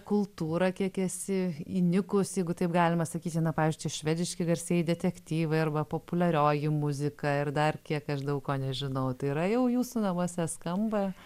kultūrą kiek esi įnikus jeigu taip galima sakyti na pavyzdžiui švediški garsieji detektyvai arba populiarioji muzika ir dar kiek aš daug ko nežinau tai yra jau jūsų namuose skamba